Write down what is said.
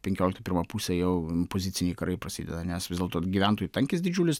penkioliktų pirma pusė jau poziciniai karai prasideda nes vis dėlto gyventojų tankis didžiulis